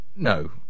No